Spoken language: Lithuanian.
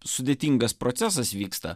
sudėtingas procesas vyksta